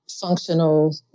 functional